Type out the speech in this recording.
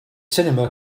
cinema